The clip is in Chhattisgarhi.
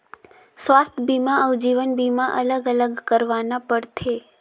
स्वास्थ बीमा अउ जीवन बीमा अलग अलग करवाना पड़थे?